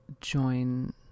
join